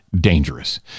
dangerous